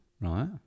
Right